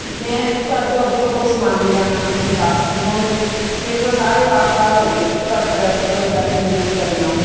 ਮੈਂ ਤੁਹਾਡੇ ਤੋਂ ਅੱਗੇ ਤੋਂ ਕੋਈ ਸਮਾਨ ਨਹੀਂ ਲੈਣਾ ਆਂਟੀ ਜੀ ਬਸ ਹੁਣ ਮੇਰੇ ਤਾਂ ਸਾਰੇ ਵਾਲ ਖਰਾਬ ਹੋ ਗਏ ਤੁਹਾਡੇ ਪ੍ਰੈ ਪ੍ਰੋਡਕਟ ਯੂਜ ਕਰਨ ਨਾਲ